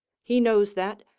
he knows that,